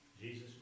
Jesus